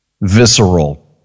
visceral